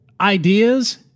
ideas